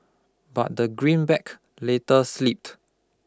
but the greenback later slipped